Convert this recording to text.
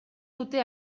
dute